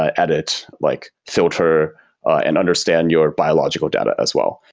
ah edit, like filter and understand your biological data as well.